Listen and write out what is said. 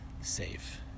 safe